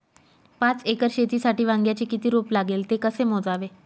पाच एकर शेतीसाठी वांग्याचे किती रोप लागेल? ते कसे मोजावे?